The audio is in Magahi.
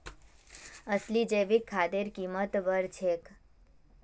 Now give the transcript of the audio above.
असली जैविक खादेर कीमत बढ़ छेक